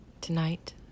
Tonight